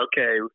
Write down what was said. Okay